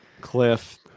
Cliff